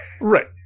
Right